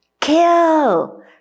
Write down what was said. Kill